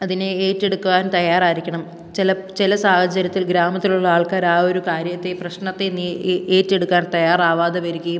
അതിനെ ഏറ്റെടുക്കുവാൻ തയ്യാറായിരിക്കണം ചില ചില സാഹചര്യത്തിൽ ഗ്രാമത്തിലുള്ള ആൾക്കാർ ആ ഒരു കാര്യത്തെ പ്രശ്നത്തെ ഏറ്റെടുക്കാൻ തയ്യാറാവാതെ വരികയും